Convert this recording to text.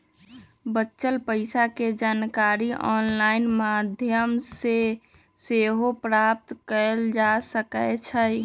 बच्चल पइसा के जानकारी ऑनलाइन माध्यमों से सेहो प्राप्त कएल जा सकैछइ